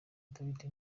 dawidi